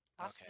Okay